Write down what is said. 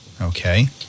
Okay